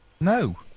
No